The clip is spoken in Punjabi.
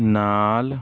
ਨਾਲ